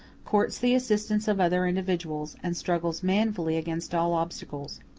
courts the assistance of other individuals, and struggles manfully against all obstacles.